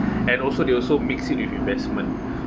and also they also mix it with investment